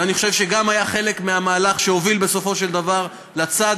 ואני חושב שגם היה חלק מהמהלך שהוביל בסופו של דבר לצעד